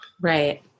Right